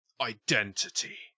Identity